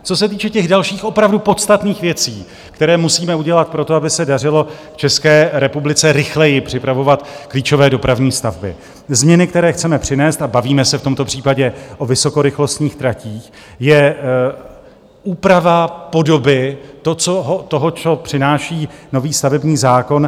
Co se týče dalších, opravdu podstatných věcí, které musíme udělat pro to, aby se dařilo v České republice rychleji připravovat klíčové dopravní stavby: změny, které chceme přinést a bavíme se v tomto případě o vysokorychlostních tratích je úprava podoby toho, co přináší nový stavební zákon.